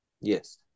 Yes